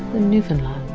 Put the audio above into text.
a newfoundland.